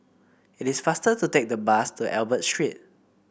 it is faster to take the bus to Albert Street